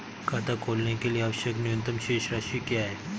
खाता खोलने के लिए आवश्यक न्यूनतम शेष राशि क्या है?